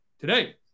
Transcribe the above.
today